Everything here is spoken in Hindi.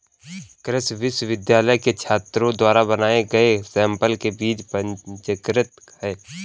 कृषि विश्वविद्यालय के छात्रों द्वारा बनाए गए सैंपल के बीज पंजीकृत हैं